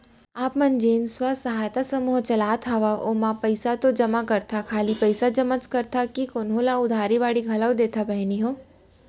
आप मन जेन स्व सहायता समूह चलात हंव ओमा पइसा तो जमा करथा खाली पइसेच जमा करथा कि कोहूँ ल उधारी बाड़ी घलोक देथा बहिनी हो?